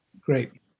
Great